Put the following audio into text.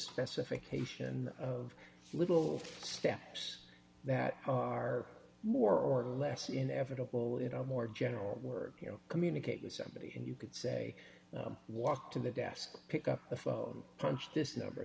specification of little steps that are more or less inevitable you know more general word you know communicate with somebody and you could say walk to the desk pick up the phone punch this number